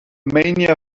mania